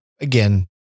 again